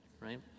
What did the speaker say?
right